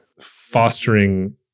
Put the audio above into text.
fostering